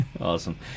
Awesome